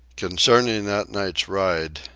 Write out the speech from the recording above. concerning that night's ride,